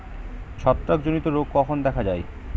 ছত্রাক জনিত রোগ কখন দেখা য়ায়?